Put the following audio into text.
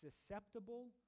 susceptible